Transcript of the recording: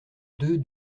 deux